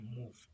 moved